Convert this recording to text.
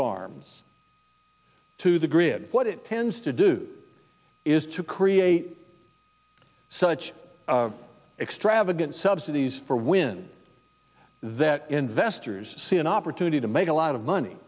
farms to the grid what it tends to do is to create such extravagant subsidies for when that investors see an opportunity to make a lot of money